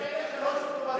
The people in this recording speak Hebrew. גם אלה שלא שירתו בצבא.